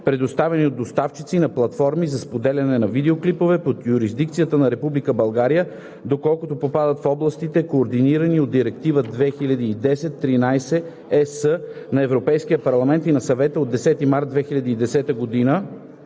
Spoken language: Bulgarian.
предоставяни от доставчици на платформи за споделяне на видеоклипове под юрисдикцията на Република България, доколкото попадат в областите, координирани от Директива 2010/13/ЕС на Европейския парламент и на Съвета от 10 март 2010 г.